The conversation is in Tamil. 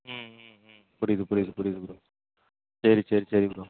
ம் ம் ம் புரியுது புரியுது புரியுது ப்ரோ சரி சரி சரி ப்ரோ